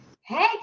Hey